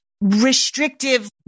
restrictive